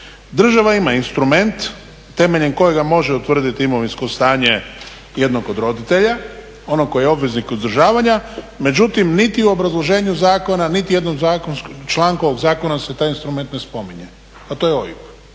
Država ima instrument temeljem kojega može utvrditi imovinsko stanje jednog od roditelja onog koji je obveznik uzdržavanja, međutim niti u obrazloženju zakona niti u jednom članku ovog zakona se taj instrument to ne spominje, a to je OIB.